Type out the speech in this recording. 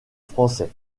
français